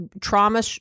trauma